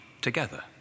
together